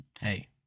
Hey